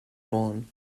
geb